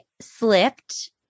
slipped